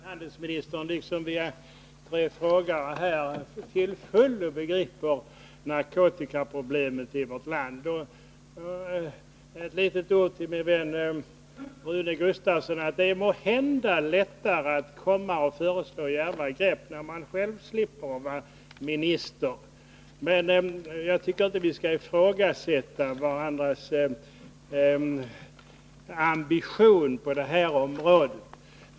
Herr talman! Jag är helt övertygad om att handelsministern, liksom de tre interpellanterna, till fullo begriper narkotikaproblemet i vårt land. Några ord till min vän Rune Gustavsson: Det är måhända lättare att föreslå djärva grepp, när man själv slipper att vara minister. Jag tycker inte att vi skall ifrågasätta varandras ambition på detta område.